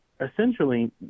essentially